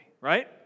right